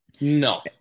No